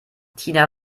tina